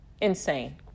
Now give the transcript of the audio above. Insane